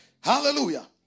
Hallelujah